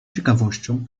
ciekawością